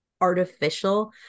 artificial